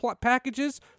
packages